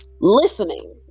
listening